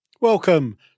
Welcome